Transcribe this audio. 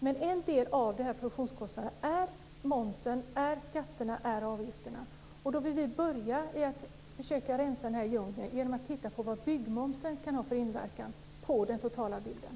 Men en del av produktionskostnaden är momsen, skatterna och avgifterna. Då vill vi börja med att försöka rensa i den här djungeln genom att titta på vad byggmomsen kan ha för inverkan på den totala bilden.